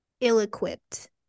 ill-equipped